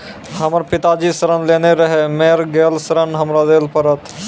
हमर पिताजी ऋण लेने रहे मेर गेल ऋण हमरा देल पड़त?